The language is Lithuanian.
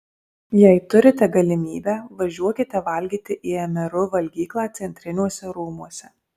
jei turite galimybę važiuokite valgyti į mru valgyklą centriniuose rūmuose